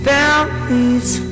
Families